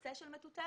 לקצה של מטוטלת,